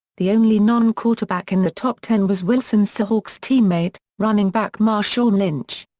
the only non-quarterback in the top ten was wilson's seahawks teammate, running back marshawn lynch.